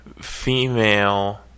female